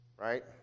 right